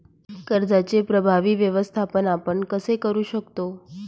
कर्जाचे प्रभावी व्यवस्थापन आपण कसे करु शकतो?